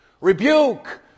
rebuke